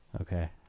okay